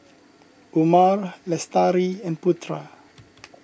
Umar Lestari and Putra